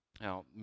Now